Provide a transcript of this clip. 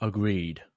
Agreed